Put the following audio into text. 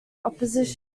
opposition